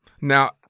Now